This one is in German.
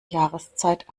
jahreszeit